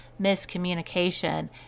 miscommunication